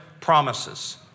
promises